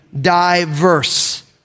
diverse